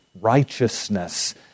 righteousness